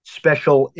special